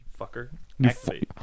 Fucker